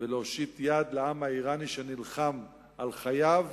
ולהושיט יד לעם האירני, שנלחם על חייו,